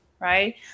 right